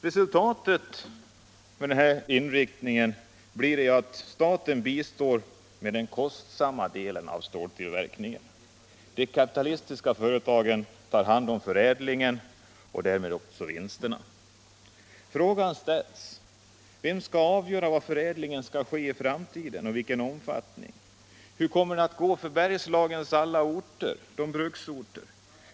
Resultatet med den nuvarande inriktningen blir att staten bistår med den kostsamma delen av ståltillverkningen, de kapitalistiska företagen tar hand om förädlingen och därmed också vinsterna. Frågan reser sig: Vem skall avgöra var och i vilken omfattning förädlingen skall ske? Hur kommer det att gå för Bergslagens alla bruksorter?